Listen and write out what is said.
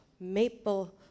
maple